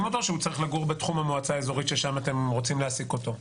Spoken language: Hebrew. אותו או שהוא צריך לגור בתחום המועצה האזורית ששם אתם רוצים להעסיק אותו?